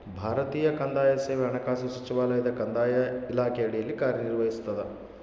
ಭಾರತೀಯ ಕಂದಾಯ ಸೇವೆ ಹಣಕಾಸು ಸಚಿವಾಲಯದ ಕಂದಾಯ ಇಲಾಖೆಯ ಅಡಿಯಲ್ಲಿ ಕಾರ್ಯನಿರ್ವಹಿಸ್ತದ